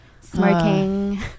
smoking